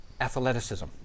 athleticism